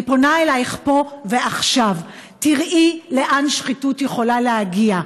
אני פונה אלייך פה ועכשיו: תראי לאן השחיתות יכולה להגיע.